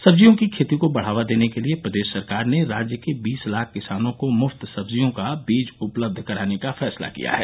सब्जियों की खेती को बढ़ावा देने के लिये प्रदेश सरकार ने राज्य के बीस लाख किसानों को मुफ्त सब्जियों का बीज उपलब्ध कराने का फैसला किया है